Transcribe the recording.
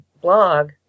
blog